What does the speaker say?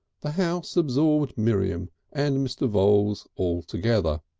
the house absorbed miriam and mr. voules altogether.